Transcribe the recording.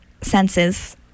senses